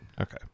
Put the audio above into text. Okay